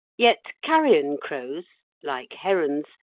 yet carrion crows, like herons,